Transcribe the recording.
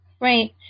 right